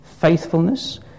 faithfulness